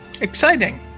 Exciting